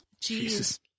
Jesus